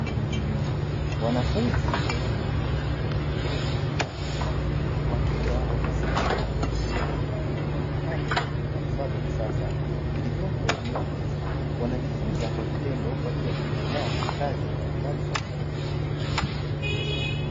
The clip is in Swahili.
Wanafunzi wa elimu ya ufundi wa jinsia ya kiume wakiwa wamesimama wakitengeneza kompyuta mpakato kwa kutumia vifaa vya kisasa vilivyopo juu ya meza. Wanajifunza kwa vitendo kwa ajili ya kujiandaa na kazi mbalimbali za ufundi.